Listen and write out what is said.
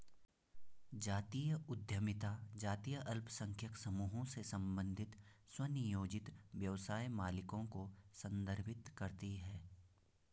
जातीय उद्यमिता जातीय अल्पसंख्यक समूहों से संबंधित स्वनियोजित व्यवसाय मालिकों को संदर्भित करती है